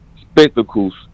spectacles